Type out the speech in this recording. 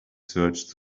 searched